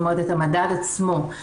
את המדד עצמו.